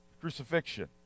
Crucifixion